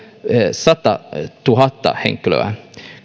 satatuhatta henkilöä